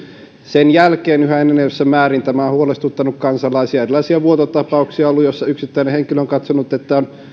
sen jälkeen yhä enenevissä määrin tämä on huolestuttanut kansalaisia erilaisia vuototapauksia on ollut joissa yksittäinen henkilö on katsonut että on